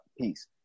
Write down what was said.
Peace